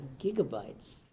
gigabytes